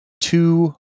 two